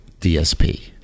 DSP